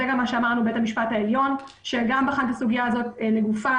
זה גם מה שאמרנו בבית המשפט העליון שגם בחן את הסוגיה הזאת לגופה,